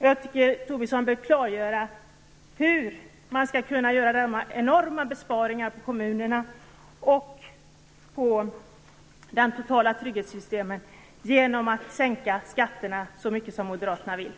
Jag tycker att Lars Tobisson bör klargöra hur man skall kunna göra dessa enorma besparingar på kommunerna och på det totala trygghetssystemet genom att sänka skatterna så mycket som moderaterna vill.